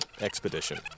expedition